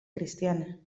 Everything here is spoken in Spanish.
cristiana